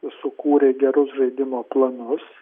sukūrė gerus žaidimo planus